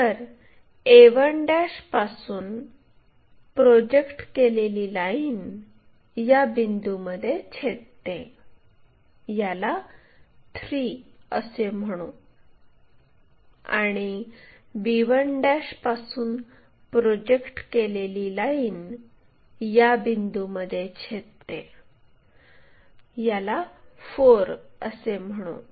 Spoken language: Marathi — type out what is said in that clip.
तर a1 पासून प्रोजेक्ट केलेली लाईन या बिंदूमध्ये छेदते याला 3 असे म्हणू आणि b1 पासून प्रोजेक्ट केलेली लाईन या बिंदूमध्ये छेदते याला 4 असे म्हणू